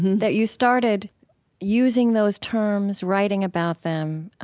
that you started using those terms, writing about them